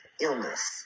illness